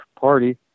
party